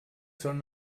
són